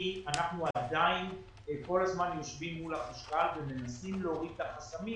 אנחנו עדיין כל הזמן יושבים מול החשכ"ל ומנסים להוריד את החסמים